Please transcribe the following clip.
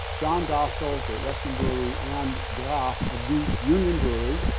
john dostal, great western brewery and graf of the union brewery,